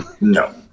No